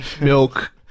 milk